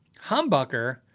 humbucker